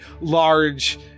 Large